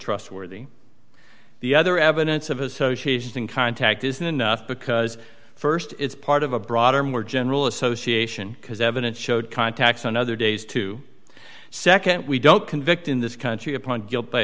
trustworthy the other evidence of association contact isn't enough because st it's part of a broader more general association because evidence showed contacts on other days to nd we don't convict in this country upon guilt by